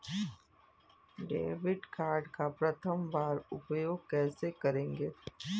Debit card का प्रथम बार उपयोग कैसे करेंगे?